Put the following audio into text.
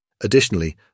Additionally